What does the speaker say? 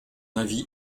avis